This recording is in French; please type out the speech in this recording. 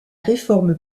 réforme